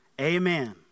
Amen